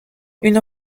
une